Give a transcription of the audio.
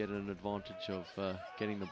get an advantage of getting the